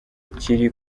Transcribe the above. kiri